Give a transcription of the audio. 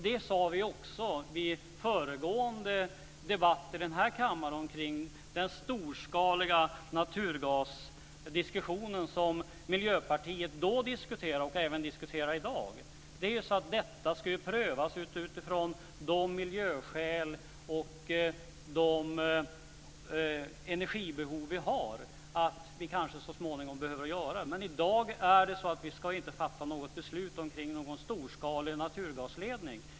Det sade vi också i den föregående debatten här i kammaren om den storskaliga naturgasdiskussionen som Miljöpartiet då förde. Detta ska ju prövas utifrån de miljöskäl och de energibehov vi har. Det behöver vi kanske göra så småningom, men i dag ska vi inte fatta något beslut om någon storskalig naturgasledning.